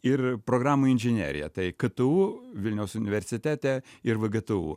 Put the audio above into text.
ir programų inžineriją tai ktu vilniaus universitete ir vgtu